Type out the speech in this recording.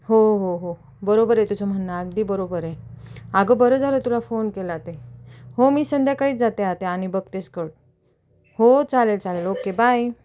हो हो हो बरोबरे तुझं म्हणणं अगदी बरोबर आहे अगं बरं झालं तुला फोन केला ते हो मी संध्याकाळीच जाते आते आणि बघते स्कट हो चालेल चालेल ओके बाय